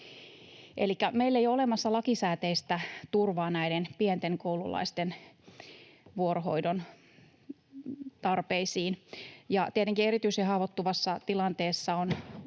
meillä ei ole olemassa lakisääteistä turvaa näiden pienten koululaisten vuorohoidon tarpeisiin. Tietenkin erityisen haavoittuvassa tilanteessa